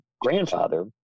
grandfather